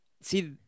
See